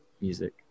music